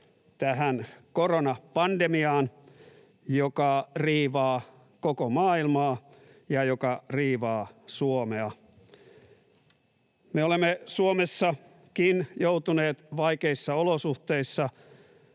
tähän koronapandemiaan, joka riivaa koko maailmaa ja joka riivaa Suomea. Me olemme Suomessakin joutuneet vaikeissa olosuhteissa